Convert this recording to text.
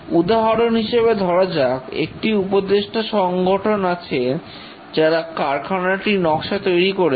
উদাহরণ হিসেবে ধরা যাক একটি উপদেষ্টা সংগঠন আছে যারা কারখানাটির নকশা তৈরি করেছে